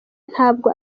ntabwo